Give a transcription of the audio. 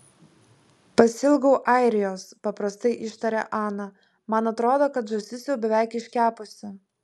pasiilgau airijos paprastai ištarė ana man atrodo kad žąsis jau beveik iškepusi